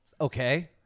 Okay